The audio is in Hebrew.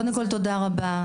קודם כול, תודה רבה.